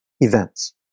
events